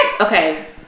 okay